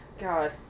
God